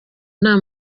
nta